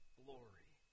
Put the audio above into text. glory